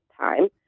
time